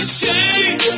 shame